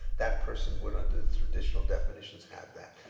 that person would under the traditional definitions have that.